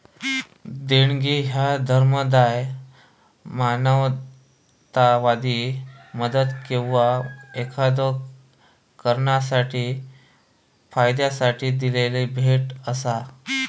देणगी ह्या धर्मादाय, मानवतावादी मदत किंवा एखाद्यो कारणासाठी फायद्यासाठी दिलेली भेट असा